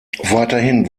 weiterhin